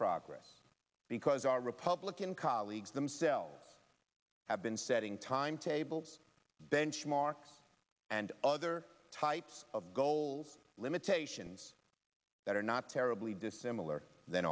progress because our republican colleagues themselves have been setting timetables benchmarks and other types of goals limitations that are not terribly dissimilar than